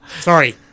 Sorry